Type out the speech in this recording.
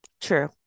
True